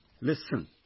Listen